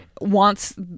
wants